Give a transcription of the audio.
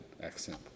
accent